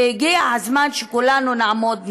והגיע הזמן שכולנו נעמוד נגדה.